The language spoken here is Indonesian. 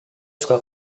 suka